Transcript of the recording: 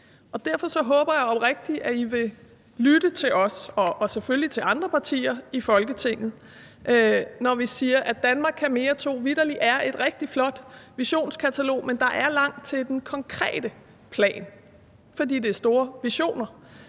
og derfor håber jeg oprigtigt, at I vil lytte til os og selvfølgelig til andre partier i Folketinget, når vi siger, at »Danmark kan mere II« vitterlig er et rigtig flot visionskatalog, men at der er langt til den konkrete plan, fordi der er tale om store visioner.